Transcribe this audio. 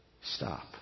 stop